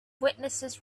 witnesses